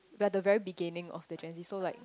but the very beginning of the gen z so like